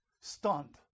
stunned